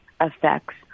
effects